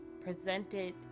presented